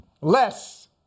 less